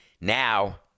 Now